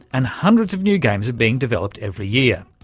and hundreds of new games are being developed every year.